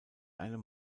einem